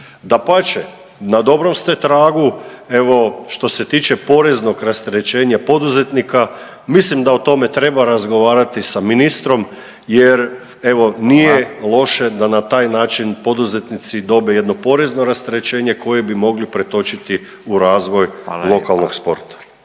Dapače na dobrom ste tragu evo što se tiče poreznog rasterećenja poduzetnika. Mislim da o tome treba razgovarati sa ministrom, jer evo nije loše da na taj način poduzetnici dobe jedno porezno rasterećenje koje bi mogli pretočiti u razvoj lokalnog sporta.